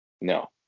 No